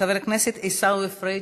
חבר הכנסת עיסאווי פריג'.